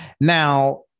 Now